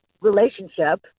relationship